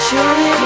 Surely